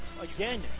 again